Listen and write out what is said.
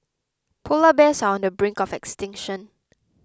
Polar Bears are on the brink of extinction